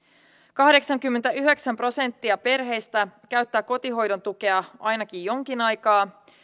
kahdeksankymmentäyhdeksän prosenttia perheistä käyttää kotihoidon tukea ainakin jonkin aikaa